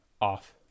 Off